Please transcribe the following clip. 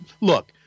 look